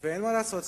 ואין מה לעשות,